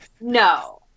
No